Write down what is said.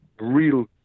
real